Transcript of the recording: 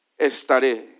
estaré